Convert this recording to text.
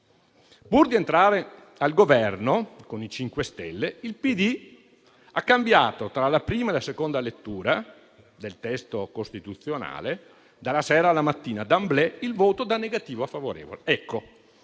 Pur di entrare al Governo con i 5 Stelle, il PD ha cambiato, tra la prima e la seconda lettura del testo costituzionale, dalla sera alla mattina, *d'emblée*, il voto da negativo a favorevole. Dopo